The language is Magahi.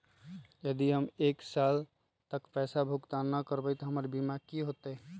यदि हम एक साल तक पैसा भुगतान न कवै त हमर बीमा के की होतै?